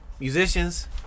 musicians